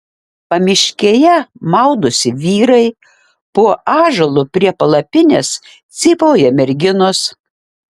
pamiškėje maudosi vyrai po ąžuolu prie palapinės cypauja merginos